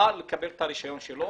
הוא בא לקבל את הרישיון שלו